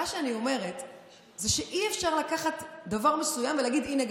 מה שאני אומרת זה שאי-אפשר לקחת דבר מסוים ולהגיד: הינה,